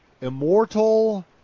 Immortal